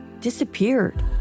disappeared